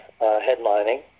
headlining